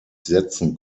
setzen